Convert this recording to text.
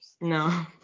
No